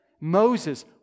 Moses